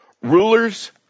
Rulers